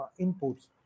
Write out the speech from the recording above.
inputs